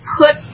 put